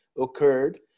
occurred